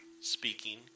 speaking